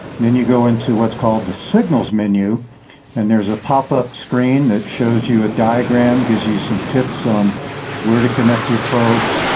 then you go into what's called the signals menu and there's a pop-up screen that shows you you a diagram, gives you some tips on where to connect your probes,